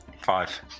Five